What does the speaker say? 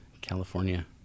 California